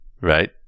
right